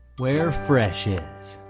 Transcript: where fresh is.